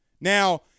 Now